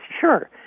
Sure